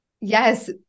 Yes